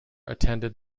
attended